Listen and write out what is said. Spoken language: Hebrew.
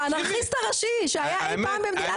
האנרכיסט הראשי שהיה אי פעם במדינת ישראל.